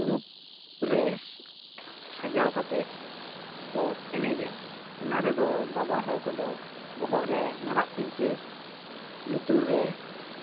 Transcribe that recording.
ᱨᱩᱯ ᱨᱮ ᱥᱟᱡᱟᱣ ᱠᱟᱛᱮᱜ ᱠᱚ ᱮᱱᱮᱡᱟ ᱚᱱᱟ ᱨᱮᱫᱚ ᱵᱟᱵᱟ ᱦᱚᱲ ᱠᱚᱫᱚ ᱵᱚᱦᱚᱜ ᱨᱮ ᱢᱟᱨᱟᱜ ᱯᱤᱧᱪᱟᱹ ᱞᱩᱛᱩᱨ ᱨᱮ